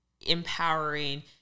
empowering